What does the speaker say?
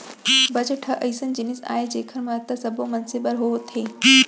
budget ह अइसन जिनिस आय जेखर महत्ता सब्बो मनसे बर होथे